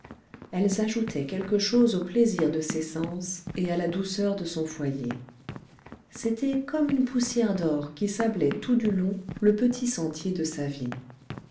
elles ajoutaient quelque chose au plaisir de ses sens et à la douceur de son foyer c'était comme une poussière d'or qui sablait tout du long le petit sentier de sa vie